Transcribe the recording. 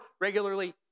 regularly